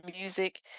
music